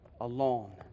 alone